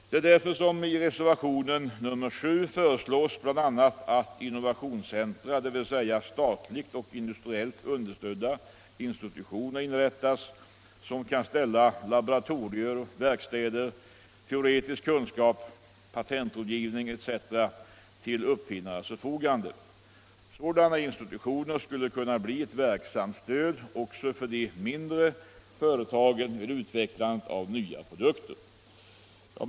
Därför föreslås det bl.a. i reservationen 7 att innovationscentra inrättas, dvs. statligt och industriellt understödda institutioner, som kan ställa laboratorier och verkstäder, teoretisk kunskap, patentrådgivning etc. till uppfinnares förfogande. Sådana institutioner skulle kunna bli ett verksamt stöd också för de mindre företagen vid utvecklandet av nya produkter.